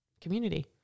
community